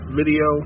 video